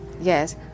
yes